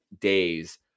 days